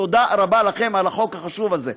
תודה רבה לכם על החוק החשוב הזה.